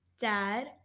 dad